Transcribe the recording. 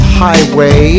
highway